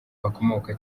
bakomoka